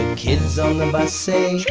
kids on the bus say,